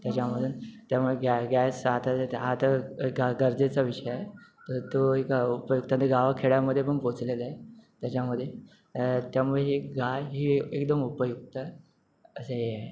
त्याच्या त्यामुळे गॅ गॅस आता हात गरजेचा विषय तर तो एक उपयुक्त आता गावा खेड्यामदे पन पोचलेलंय त्याच्यामदे त्यामुळे गाय एकदम उपयुक्त असे